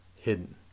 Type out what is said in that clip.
hidden